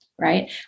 right